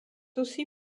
aussi